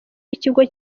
w’ikigo